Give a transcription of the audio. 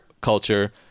culture